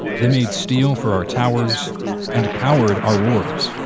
they made steel for our towers and powered our wars.